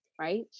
right